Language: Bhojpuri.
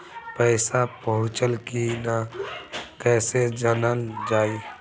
पैसा पहुचल की न कैसे जानल जाइ?